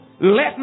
let